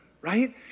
Right